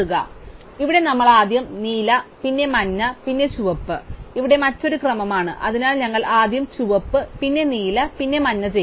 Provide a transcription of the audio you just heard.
അതിനാൽ ഇവിടെ നമ്മൾ ആദ്യം നീല പിന്നെ മഞ്ഞ പിന്നെ ചുവപ്പ് ഇവിടെ മറ്റൊരു ക്രമമാണ് അതിനാൽ ഞങ്ങൾ ആദ്യം ചുവപ്പ് പിന്നെ നീല പിന്നെ മഞ്ഞ ചെയ്യും